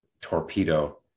torpedo